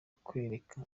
kukwereka